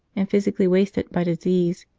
and physically wasted by disease,